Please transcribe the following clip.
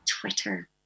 twitter